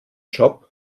job